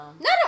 no